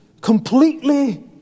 completely